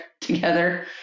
together